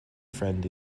friend